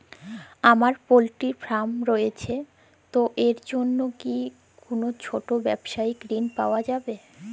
আমার poultry farm রয়েছে তো এর জন্য কি কোনো ছোটো ব্যাবসায়িক ঋণ পাওয়া যাবে?